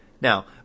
Now